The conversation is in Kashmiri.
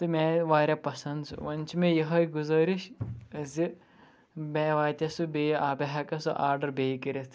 تہٕ مےٚ آے واریاہ پَسنٛد سُہ وۄنۍ چھِ مےٚ یِہے گُزٲرِش زِ مےٚ واتیاہ سُہ بیٚیہِ بہٕ ہٮ۪کا سُہ آرڈَر بیٚیہِ کٔرِتھ